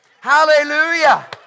Hallelujah